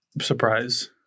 surprise